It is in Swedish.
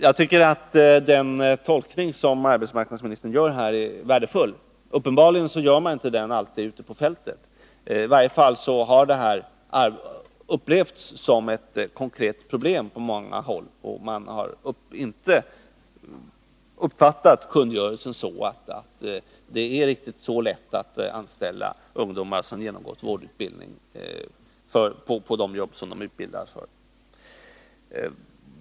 Jag tycker att den tolkning som arbetsmarknadsministern gör är värdefull. Uppenbarligen gör man inte alltid den tolkningen ute på fältet. I varje fall har detta upplevts som ett konkret problem på många håll, och man har inte uppfattat kungörelsen på det sättet att det är riktigt så lätt att anställa ungdomar som genomgått vårdutbildning på de jobb de utbildats för.